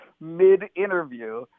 mid-interview